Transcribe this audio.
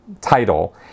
title